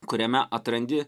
kuriame atrandi